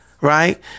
Right